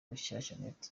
rushyashyanet